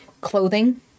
clothing